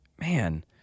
man